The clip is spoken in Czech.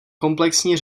komplexní